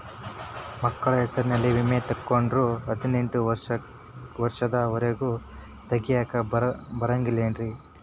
ಮಕ್ಕಳ ಹೆಸರಲ್ಲಿ ವಿಮೆ ತೊಗೊಂಡ್ರ ಹದಿನೆಂಟು ವರ್ಷದ ಒರೆಗೂ ತೆಗಿಯಾಕ ಬರಂಗಿಲ್ಲೇನ್ರಿ?